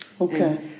Okay